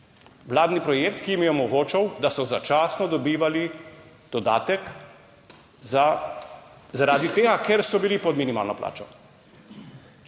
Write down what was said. vladni projekt, ki jim je omogočal, da so začasno dobivali dodatek za, zaradi tega, ker so bili pod minimalno plačo.